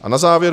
A na závěr.